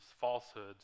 falsehoods